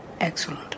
Excellent